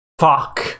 fuck